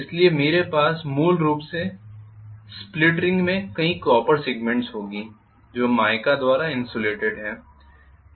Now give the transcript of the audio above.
इसलिए मेरे पास मूल रूप से स्प्लिट रिंग में कई कॉपर सेगमेंट्स होगी जो माइका द्वारा इन्सुलेटेड है